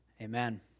Amen